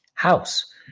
house